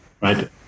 right